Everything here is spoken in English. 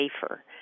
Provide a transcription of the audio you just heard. safer